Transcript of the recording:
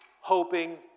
hoping